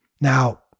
Now